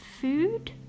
food